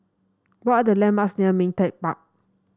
what are the landmarks near Ming Teck Park